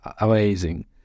Amazing